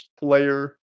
player